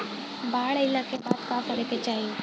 बाढ़ आइला के बाद का करे के चाही?